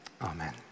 amen